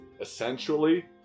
essentially